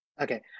Okay